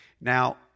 Now